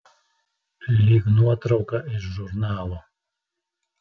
lyg nuotrauka iš žurnalo